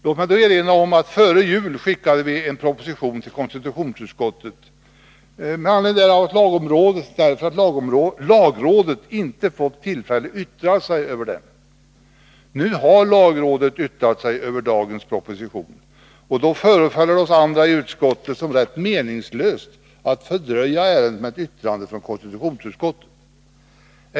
Låt mig då erinra om att vi före jul skickade en proposition till konstitutionsutskottet med anledning av att lagrådet inte fått tillfälle att yttra sig över den. Nu har lagrådet yttrat sig över dagens proposition, och då förefaller det oss andra i utskottet som rätt meningslöst att fördröja ärendet med ett yttrande från konstitutionsutskottet.